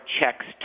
checks